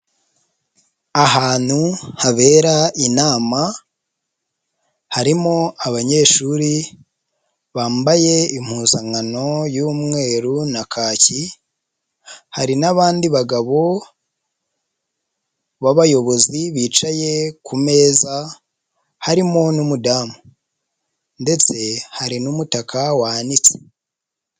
Ahantu habera inama harimo, abanyeshuri bambaye impuzankano y'umweru na kaki, hari n'abandi bagabo b'abayobozi bicaye ku meza, harimo n'umudamu ndetse hari n'umutaka wanitse.